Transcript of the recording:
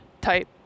type